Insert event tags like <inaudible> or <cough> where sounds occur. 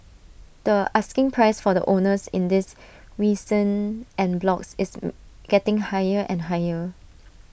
the asking price from the owners in these recent en blocs is <noise> getting higher and higher